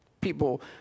people